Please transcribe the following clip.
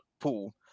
pool